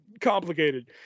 complicated